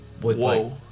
whoa